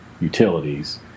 utilities